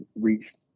reached